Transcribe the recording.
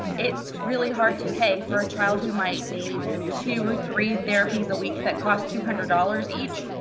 it's really hard to pay for a child who might need two or three therapies a week that costs two hundred dollars each.